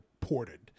ported